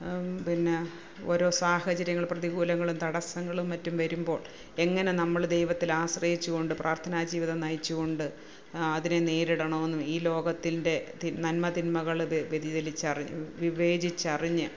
പിന്നെ ഓരോ സാഹചര്യങ്ങള് പ്രതികൂലങ്ങളും തടസ്സങ്ങളും മറ്റും വരുമ്പോൾ എങ്ങനെ നമ്മള് ദൈവത്തില് ആശ്രയിച്ച്കൊണ്ട് പ്രാർത്ഥനാ ജീവിതം നയിച്ചുകൊണ്ട് അതിനെ നേരിടണമെന്നും ഈ ലോകത്തിൽൻ്റെ നന്മ തിന്മകള് വഴിതിരിച്ച് വിവേചിച്ചറിഞ്ഞ്